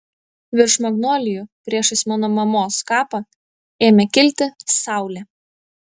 virš magnolijų priešais mano mamos kapą ėmė kilti saulė